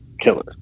killers